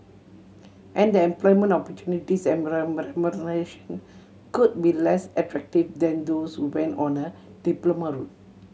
and the employment opportunities and could be less attractive than those who went on a diploma route